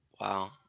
Wow